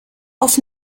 auf